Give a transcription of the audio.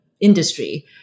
industry